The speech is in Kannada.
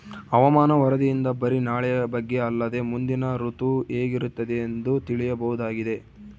ಹವಾಮಾನ ವರದಿಯಿಂದ ಬರಿ ನಾಳೆಯ ಬಗ್ಗೆ ಅಲ್ಲದೆ ಮುಂದಿನ ಋತು ಹೇಗಿರುತ್ತದೆಯೆಂದು ತಿಳಿಯಬಹುದಾಗಿದೆ